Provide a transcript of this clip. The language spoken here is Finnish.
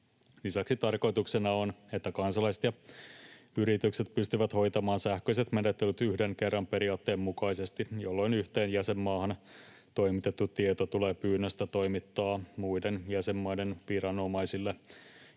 Lisäksi tarkoituksena on, että kansalaiset ja yritykset pystyvät hoitamaan sähköiset menettelyt yhden kerran periaatteen mukaisesti, jolloin yhteen jäsenmaahan toimitettu tieto tulee pyynnöstä toimittaa muiden jäsenmaiden viranomaisille